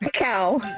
Cow